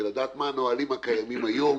של לדעת מה הנהלים הקיימים היום,